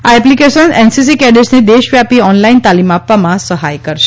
આ application NCC કેડેટ્સની દેશવ્યાપી ઑનલાઇન તાલીમ આપવામાં સહાય કરશે